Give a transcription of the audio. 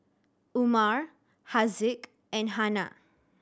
Umar Haziq and Hana